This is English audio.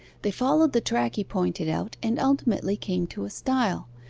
they followed the track he pointed out and ultimately came to a stile.